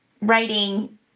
writing